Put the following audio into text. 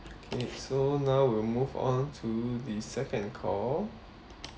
okay so now we'll move on to the second call